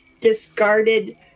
discarded